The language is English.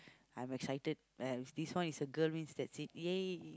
I'm excited and this one is a girl means that's it !yay!